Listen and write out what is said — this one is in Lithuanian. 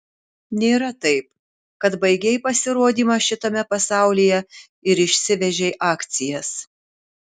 nėra taip kad baigei pasirodymą šitame pasaulyje ir išsivežei akcijas